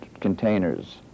containers